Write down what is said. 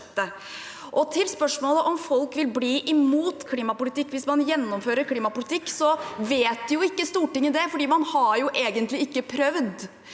til spørsmålet om folk vil bli imot klimapolitikk hvis man gjennomfører klimapolitikk: Stortinget vet jo ikke det, for man har egentlig ikke prøvd.